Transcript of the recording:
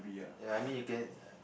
ya I mean you can err